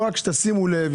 רק תשימו לב,